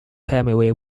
family